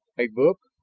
a book!